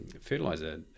Fertilizer